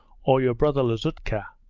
or your brother lazutka.